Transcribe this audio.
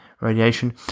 radiation